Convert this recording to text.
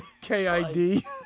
K-I-D